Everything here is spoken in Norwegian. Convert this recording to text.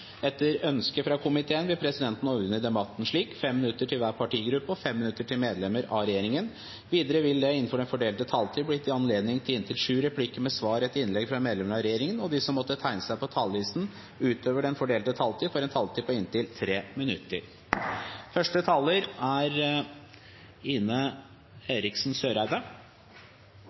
Etter ønske fra utenriks- og forsvarskomiteen vil presidenten ordne debatten slik: 5 minutter til hver partigruppe og 5 minutter til medlemmer av regjeringen. Videre vil det – innenfor den fordelte taletid – bli gitt anledning til inntil sju replikker med svar etter innlegg fra medlemmer av regjeringen, og de som måtte tegne seg på talerlisten utover den fordelte taletid, får en taletid på inntil 3 minutter.